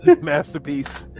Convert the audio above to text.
Masterpiece